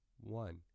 one